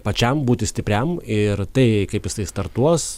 pačiam būti stipriam ir tai kaip jisai startuos